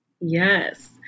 Yes